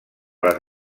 les